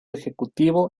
ejecutivo